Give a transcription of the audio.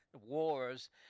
wars